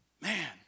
Man